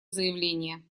заявление